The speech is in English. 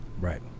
Right